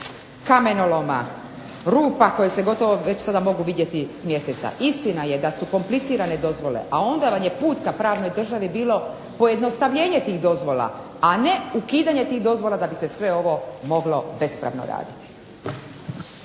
kamenoloma, rupa koje se gotovo već sada mogu vidjeti s mjeseca. Istina je da su komplicirane dozvole, a onda vam je put ka pravnoj državi bilo pojednostavljenje tih dozvola, a ne ukidanje tih dozvola da bi se sve ovo moglo bespravno raditi.